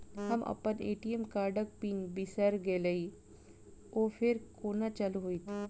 हम अप्पन ए.टी.एम कार्डक पिन बिसैर गेलियै ओ फेर कोना चालु होइत?